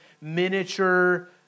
miniature